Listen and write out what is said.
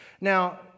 Now